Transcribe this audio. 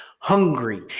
Hungry